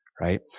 right